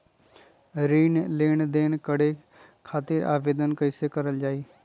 ऋण लेनदेन करे खातीर आवेदन कइसे करल जाई?